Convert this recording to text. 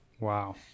Wow